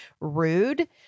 rude